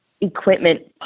equipment